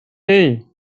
hey